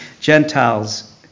Gentiles